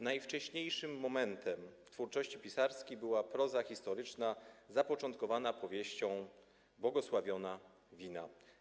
Najważniejszym elementem jej twórczości pisarskiej była proza historyczna, zapoczątkowana powieścią „Błogosławiona wina”